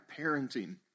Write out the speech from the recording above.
parenting